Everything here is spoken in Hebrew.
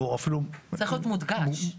צריך להיות מודגש.